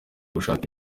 gushaka